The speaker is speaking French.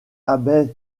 abbey